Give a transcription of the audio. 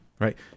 right